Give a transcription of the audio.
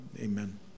amen